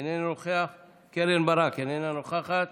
איננו נוכח, קרן ברק, איננה נוכחת,